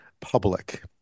public